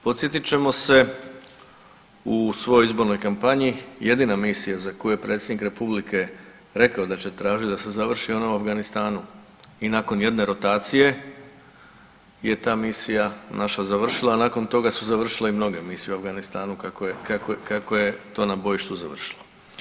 Podsjetit ćemo se u svojoj izbornoj kampanji jedina misija za koju je predsjednik Republike rekao da će tražiti da se završi je ona u Afganistanu i nakon jedne rotacije je ta misija naša završila, a nakon toga su završile i mnoge misije u Afganistanu kako je to na bojištu završilo.